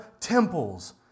temples